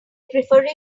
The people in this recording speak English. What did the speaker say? prefer